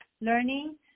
learning